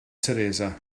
teresa